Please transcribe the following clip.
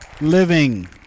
Living